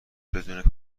بدون